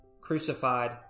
crucified